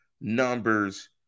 numbers